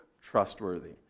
trustworthy